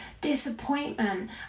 Disappointment